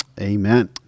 Amen